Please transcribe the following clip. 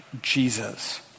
Jesus